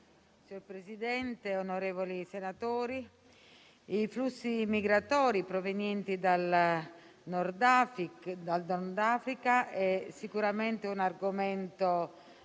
Signor Presidente, onorevoli senatori, i flussi migratori provenienti dal Nord Africa sicuramente rappresentano